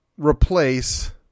replace